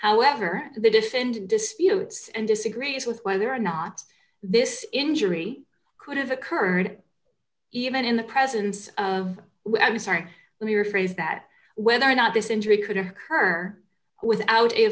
however the defendant disputes and disagrees with whether or not this injury could have occurred even in the presence of well i'm sorry but your phrase that whether or not this injury could occur without a